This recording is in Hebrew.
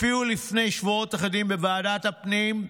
הופיעו לפני שבועות אחדים בוועדת הפנים,